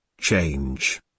change